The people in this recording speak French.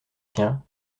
siens